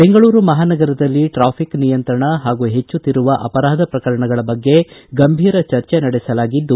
ಬೆಂಗಳೂರು ಮಹಾನಗರದಲ್ಲಿ ಟ್ರಾಫಿಕ್ ನಿಯಂತ್ರಣ ಹಾಗೂ ಹೆಚ್ಚುತ್ತಿರುವ ಅಪರಾಧ ಪ್ರಕರಣಗಳ ಬಗ್ಗೆ ಗಂಭೀರ ಚರ್ಜೆ ನಡೆಸಲಾಗಿದ್ದು